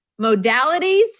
modalities